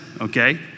okay